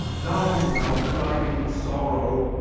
down, thou climbing sorrow!